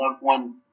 one